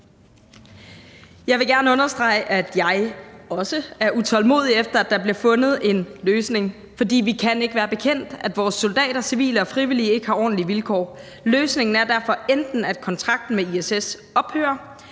Jeg vil gerne understrege, at jeg også er utålmodig efter, at der bliver fundet en løsning, fordi vi ikke kan være bekendt, at vores soldater, civile og frivillige ikke har ordentlige vilkår. Løsningen er derfor, enten at kontrakten med ISS ophører,